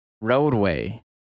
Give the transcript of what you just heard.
Roadway